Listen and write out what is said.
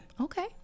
Okay